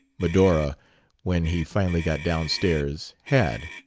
medora when he finally got down stairs had.